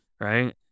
Right